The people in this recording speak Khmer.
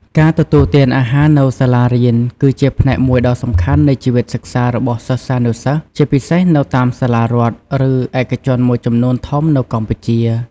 ការទទួលទានអាហារនៅសាលារៀន គឺជាផ្នែកមួយដ៏សំខាន់នៃជីវិតសិក្សារបស់សិស្សានុសិស្ស ជាពិសេសនៅតាមសាលារដ្ឋ ឬឯកជនមួយចំនួនធំនៅកម្ពុជា។